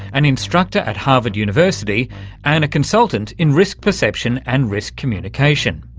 an instructor at harvard university and a consultant in risk perception and risk communication.